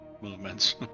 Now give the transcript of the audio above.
movements